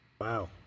Wow